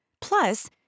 Plus